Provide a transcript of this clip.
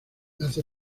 hace